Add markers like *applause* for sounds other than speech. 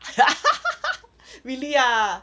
*laughs* really ah